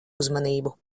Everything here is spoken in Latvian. uzmanību